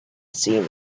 seen